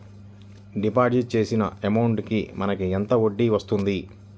Deposit చేసిన amount కి మనకి ఎంత వడ్డీ వస్తుంది?